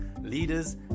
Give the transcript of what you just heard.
leaders